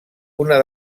una